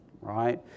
right